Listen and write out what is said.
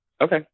okay